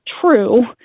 true